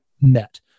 met